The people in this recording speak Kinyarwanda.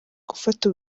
gufata